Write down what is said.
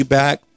back